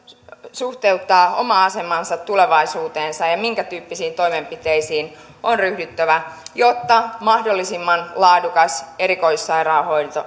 suhteuttaa omaa asemaansa tulevaisuuteensa ja tiedot siitä minkä tyyppisiin toimenpiteisiin on ryhdyttävä jotta mahdollisimman laadukas erikoissairaanhoito